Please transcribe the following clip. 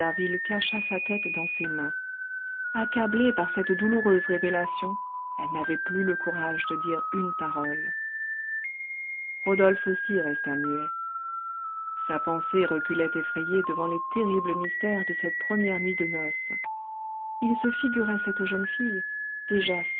d'harville cacha sa tête dans ses mains accablée par cette douloureuse révélation elle n'avait plus le courage de dire une parole rodolphe aussi resta muet sa pensée reculait effrayée devant les terribles mystères de cette première nuit de noces il se figurait cette jeune fille déjà